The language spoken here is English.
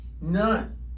None